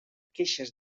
queixes